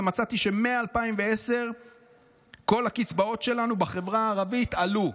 ומצאתי שמ-2010 כל ההקצאות שלנו בחברה הערבית עלו,